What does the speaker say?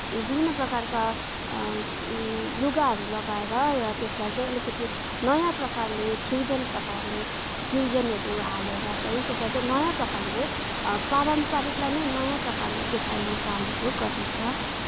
विभिन्न प्रकारका लुगाहरू लगाएर त्यसलाई चाहिँ अलिकति नयाँ प्रकारले फिउजन प्रकारले फिउजनहरू हालेर चाहिँ त्यसलाई नयाँ प्रकारले पारम्परिकलाई नै नयाँ प्रकारले देखाइने कामहरू गरिन्छ